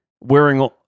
wearing